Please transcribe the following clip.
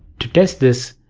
to test this,